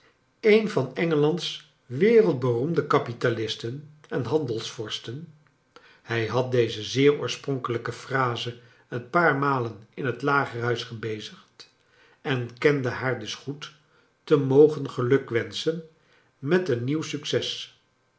een van engeland's wereldberoemde kapi talis ten en handelsvorsten hij had deze zeer oorspronkelijke phrase een paar malen in het lagerhuis gebezigd en kende haar dus goed te mogen gelnkwenschen met een nieuw succes